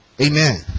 amen